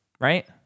right